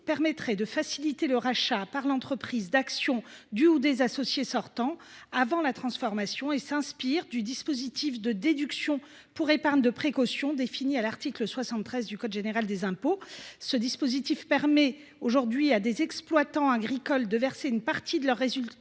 permettrait de faciliter le rachat par l’entreprise d’actions du ou des associés sortants avant transformation. Il s’inspire du dispositif de déduction pour épargne de précaution défini à l’article 73 du code général des impôts, lequel permet aujourd’hui à des exploitants agricoles de verser une partie de leur résultat